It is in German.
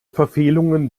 verfehlungen